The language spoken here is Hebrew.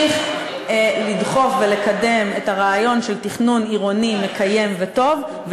נמשיך לדחוף ולקדם את הרעיון של תכנון עירוני מקיים וטוב,